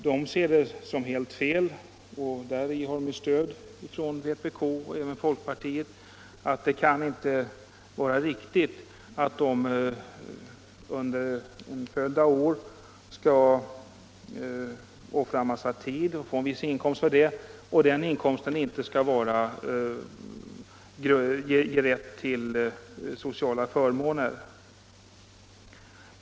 De ser det som helt fel — och däri har de stöd från vpk och även från folkpartiet — att de under en följd av år skall offra en massa tid och få en viss inkomst för det och att den inkomsten inte ger rätt till sociala förmåner.